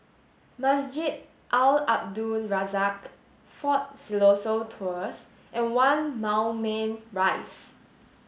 Masjid Al Abdul Razak Fort Siloso Tours and One Moulmein Rise